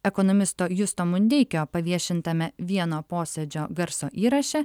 ekonomisto justo mundeikio paviešintame vieno posėdžio garso įraše